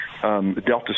Delta